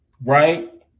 right